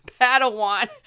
Padawan